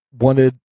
wanted